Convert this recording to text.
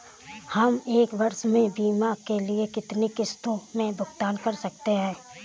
हम एक वर्ष में बीमा के लिए कितनी किश्तों में भुगतान कर सकते हैं?